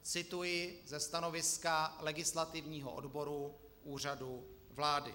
Cituji ze stanoviska legislativního odboru Úřadu vlády.